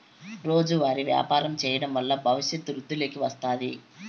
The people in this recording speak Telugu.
రోజువారీ వ్యాపారం చేయడం వల్ల భవిష్యత్తు వృద్ధిలోకి వస్తాది